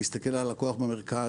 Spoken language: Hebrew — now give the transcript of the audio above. להסתכל על הלקוח במרכז.